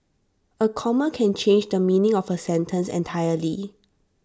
A comma can change the meaning of A sentence entirely